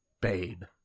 Bane